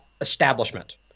establishment